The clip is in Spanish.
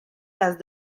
las